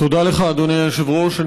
תודה לך, אדוני היושב-ראש.